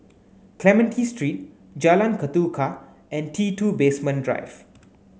Clementi Street Jalan Ketuka and T Two Basement Drive